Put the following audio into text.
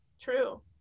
true